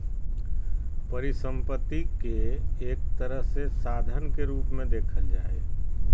परिसम्पत्ति के एक तरह से साधन के रूप मे देखल जा हय